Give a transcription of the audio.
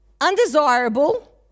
undesirable